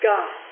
God